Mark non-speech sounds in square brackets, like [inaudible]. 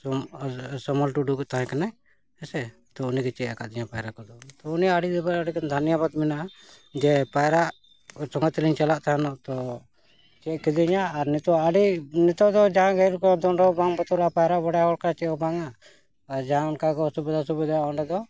[unintelligible] ᱥᱳᱢᱚᱞ ᱴᱩᱰᱩ ᱜᱮ ᱛᱟᱦᱮᱸ ᱠᱟᱱᱟᱭ ᱦᱮᱸᱥᱮ ᱛᱚ ᱩᱱᱤᱜᱮ ᱪᱮᱫ ᱟᱠᱟᱫᱤᱧᱟᱹ ᱯᱟᱭᱨᱟ ᱠᱚᱫᱚ ᱛᱚ ᱩᱱᱤ ᱟᱹᱰᱤ ᱫᱷᱟᱱᱮᱵᱟᱫ ᱢᱮᱱᱟᱜᱼᱟ ᱡᱮ ᱯᱟᱭᱨᱟ ᱥᱚᱸᱜᱮ ᱛᱮᱞᱤᱧ ᱪᱟᱞᱟᱜ ᱛᱟᱦᱮᱱᱚᱜ ᱛᱚ ᱪᱮᱫ ᱠᱟᱣᱫᱤᱧᱟᱹ ᱟᱨ ᱱᱤᱛᱳᱜ ᱟᱹᱰᱤ ᱱᱤᱛᱳᱜ ᱫᱚ ᱡᱟᱦᱟᱸ ᱜᱮᱠᱚ ᱵᱟᱝ ᱵᱚᱛᱚᱨᱚᱜᱼᱟ ᱯᱟᱭᱨᱟ ᱵᱟᱰᱟᱭ ᱦᱚᱲ ᱠᱟᱱᱟ ᱪᱮᱫᱦᱚᱸ ᱵᱟᱝᱼᱟ ᱟᱨ ᱡᱟᱦᱟᱸ ᱚᱱᱠᱟᱜᱮ ᱚᱥᱩᱵᱤᱫᱟ ᱥᱩᱵᱤᱫᱟ ᱚᱸᱰᱮ ᱫᱚ